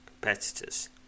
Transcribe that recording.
competitors